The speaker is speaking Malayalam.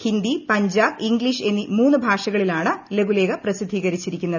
ഹിന്ദി പഞ്ചാബി ഇംഗ്ലീഷ് എന്നീ മൂന്നു ഭാഷകളിലാണ് ലഘുലേഖ പ്രസിദ്ധീകരിച്ചിരിക്കുന്നത്